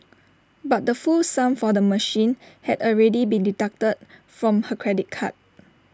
but the full sum for the machine had already been deducted from her credit card